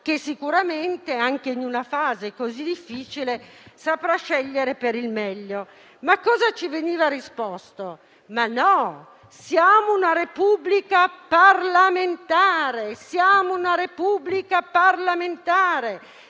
che sicuramente anche in una fase così difficile saprà scegliere per il meglio». Ma ci veniva risposto di no: siamo una Repubblica parlamentare, quindi se il Presidente